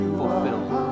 fulfilled